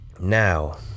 now